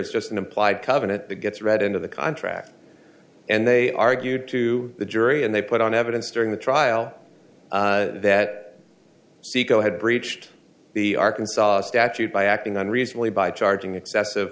is just an implied covenant that gets read into the contract and they argued to the jury and they put on evidence during the trial that saeco had breached the arkansas statute by acting on recently by charging excessive